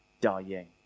dying